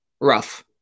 rough